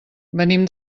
venim